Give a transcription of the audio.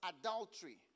adultery